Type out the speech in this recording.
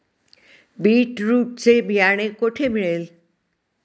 Beetroot चे बियाणे कोठे मिळेल?